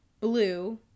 blue